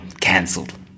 Cancelled